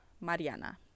Mariana